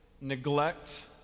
neglect